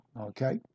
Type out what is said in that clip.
Okay